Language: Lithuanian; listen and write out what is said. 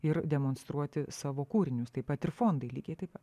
ir demonstruoti savo kūrinius taip pat ir fondai lygiai taip pat